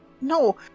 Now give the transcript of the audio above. no